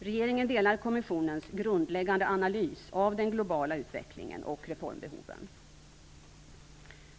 Regeringen delar kommissionens grundläggande analys av den globala utvecklingen och reformbehoven.